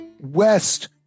west